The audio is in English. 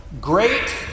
Great